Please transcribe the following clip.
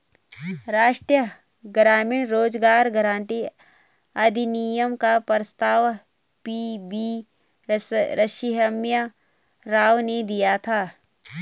राष्ट्रीय ग्रामीण रोजगार गारंटी अधिनियम का प्रस्ताव पी.वी नरसिम्हा राव ने दिया था